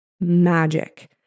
magic